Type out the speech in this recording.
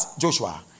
Joshua